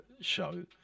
show